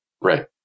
Right